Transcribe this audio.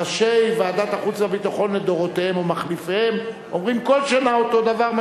ראשי ועדת החוץ והביטחון לדורותיהם או מחליפיהם אומרים כל שנה אותו דבר,